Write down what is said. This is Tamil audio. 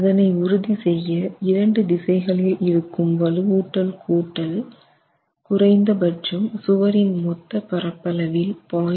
அதனை உறுதி செய்ய இரண்டு திசைகளில் இருக்கும் வலுவூட்டல் கூட்டல் குறைந்தபட்சம் சுவரின் மொத்த பரப்பளவில் 0